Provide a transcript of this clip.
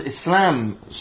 Islam